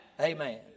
Amen